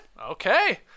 Okay